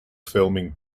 filming